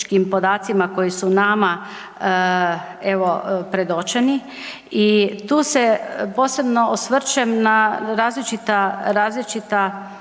podacima koji su nama evo predočeni. I tu se posebno osvrćem na različita,